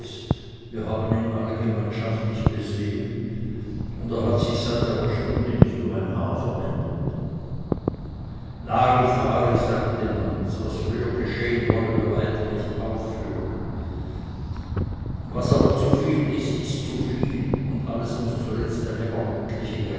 wir haben ihn alle gemeinschaftlich besehen und er hat sich seit einer stunde nicht um ein haar verändert larifari sagte manz was früher geschehen wollen wir nicht aufrühren was aber zuviel ist ist zuviel und alles muß zuletzt eine ordentliche